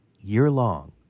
year-long